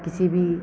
किसी भी